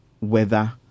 weather